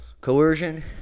coercion